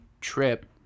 trip